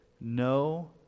no